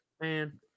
Man